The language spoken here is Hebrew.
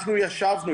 אנחנו ישבנו,